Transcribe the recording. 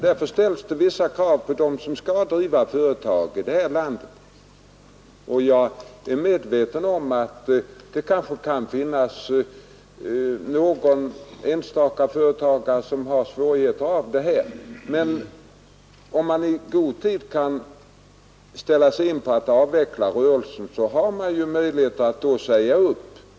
Därför ställs det vissa krav på dem som skall driva företag i det här landet, och jag är medveten om att det kan finnas någon enstaka företagare som får svårigheter på grund av den här lagstiftningen. Men om han i god tid ställer in sig på att avveckla rörelsen, så har han möjligheter att säga upp personalen utan extra kostnader.